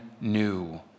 new